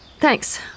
Thanks